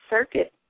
circuit